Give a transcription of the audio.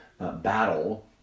battle